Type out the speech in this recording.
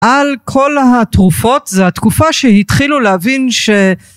על כל התרופות זה התקופה שהתחילו להבין